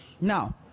Now